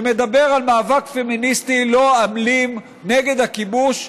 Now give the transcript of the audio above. שמדבר על מאבק פמיניסטי לא אלים של פלסטיניות נגד הכיבוש.